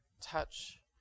touch